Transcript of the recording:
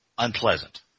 Unpleasant